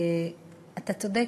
אתה צודק.